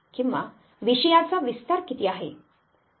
किंवा विषयाचा विस्तार किती आहे